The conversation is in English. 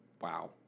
wow